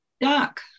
Doc